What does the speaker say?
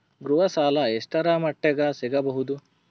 ಗೃಹ ಸಾಲ ಎಷ್ಟರ ಮಟ್ಟಿಗ ಸಿಗಬಹುದು?